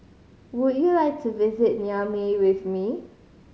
would you like to visit Niamey with me